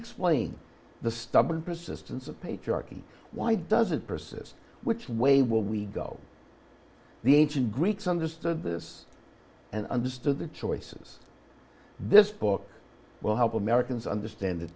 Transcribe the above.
explain the stubborn persistence of patriarchy why does it persist which way will we go the ancient greeks understood this and understood the choices this book will help americans understand